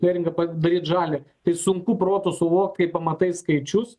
neringą padaryt žalią tai sunku protu suvokti kai pamatai skaičius